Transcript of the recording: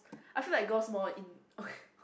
I feel like girls more in~